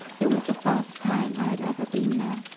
it was the first time i had ever been there.